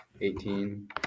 eighteen